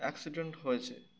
accident হয়েছে